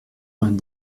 vingt